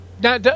Now